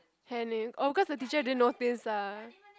hand in oh cause the teacher didn't notice ah